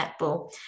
netball